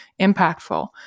impactful